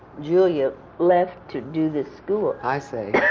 julia left to do this school. i see.